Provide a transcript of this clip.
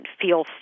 feel